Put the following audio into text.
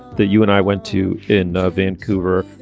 that you and i went to in ah vancouver,